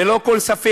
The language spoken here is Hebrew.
ללא כל ספק,